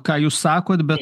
ką jūs sakot bet